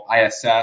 ISS